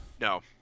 no